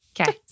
Okay